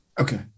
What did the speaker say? Okay